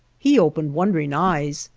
he opened wondering eyes,